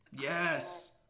Yes